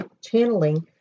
channeling